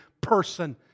person